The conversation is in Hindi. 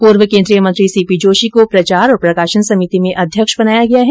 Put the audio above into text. पूर्व केन्द्रीय मंत्री सी पी जोशी को प्रचार और प्रकाशन समिति में अध्यक्ष बनाया गया है